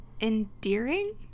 endearing